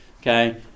Okay